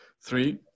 three